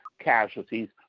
casualties